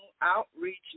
Outreach